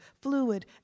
fluid